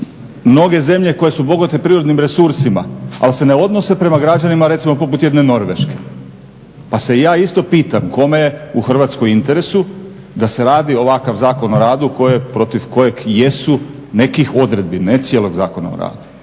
mnoge zemlje koje su bogate prirodnim resursima ali se ne odnose prema građanima recimo poput jedne Norveške. Pa se ja isto pitam, kome je u Hrvatskoj u interesu da se radi ovakav Zakon o radu protiv kojeg jesu nekih odredbi, ne cijelog Zakona o radu,